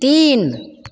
तीन